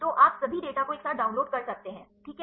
तो आप सभी डेटा को एक साथ डाउनलोड कर सकते हैं ठीक है